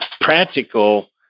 practical